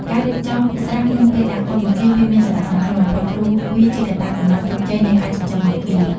ការរៀបចំស្រះមុនពេលដាក់កូនបង្គា វាមានសារៈសំខាន់បំផុត ព្រោះវាជាកត្តាកំណត់ជោគជ័យនៃការចិញ្ចឹមបង្គា។